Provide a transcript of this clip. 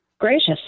Gracious